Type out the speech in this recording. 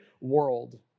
world